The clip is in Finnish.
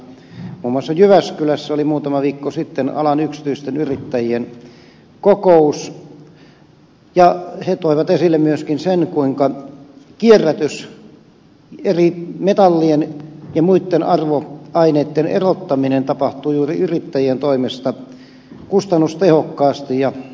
muun muassa jyväskylässä oli muutama viikko sitten alan yksityisten yrittäjien kokous ja he toivat esille myöskin sen kuinka kierrätyksessä eri metallien ja muitten arvoaineitten erottaminen tapahtuu juuri yrittäjien toimesta kustannustehokkaasti ja tarkoituksenmukaisesti